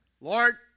Lord